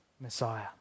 Messiah